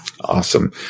Awesome